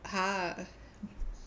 ha